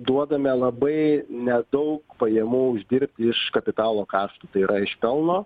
duodame labai nedaug pajamų uždirbti iš kapitalo kaštų tai yra iš pelno